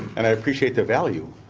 and i appreciate the value.